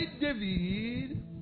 David